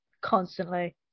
Constantly